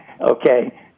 Okay